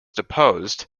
deposed